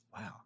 wow